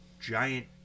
giant